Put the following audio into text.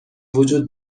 وجود